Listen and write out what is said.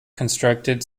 constructed